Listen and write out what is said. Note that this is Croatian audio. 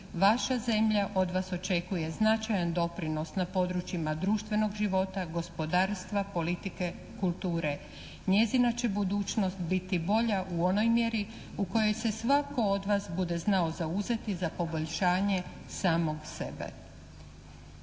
vaša zemlja od vas očekuje značajan doprinos na područjima društvenog života, gospodarstva, politike, kulture. Njezina će budućnost biti bolja u onoj mjeri u kojoj se svatko od vas bude znao zauzeti za poboljšanje samog sebe."